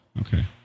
Okay